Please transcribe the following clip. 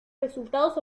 resultados